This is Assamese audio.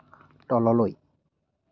তললৈ